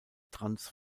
trans